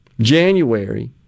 January